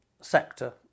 sector